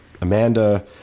Amanda